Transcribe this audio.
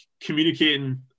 communicating